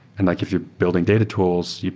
and like if you're building data tools,